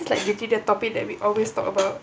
it's like duty the topic that we always talk about